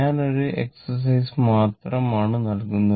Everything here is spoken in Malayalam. ഞാൻ ഒരു എക്സസൈസ് മാത്രം ആണ് നൽകുന്നത്